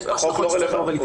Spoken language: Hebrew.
החוק לא רלוונטי פה.